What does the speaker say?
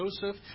Joseph